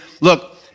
look